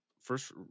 first